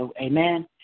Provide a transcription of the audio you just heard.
amen